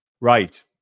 Right